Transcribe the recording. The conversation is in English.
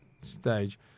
stage